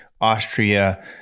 Austria